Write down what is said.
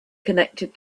connected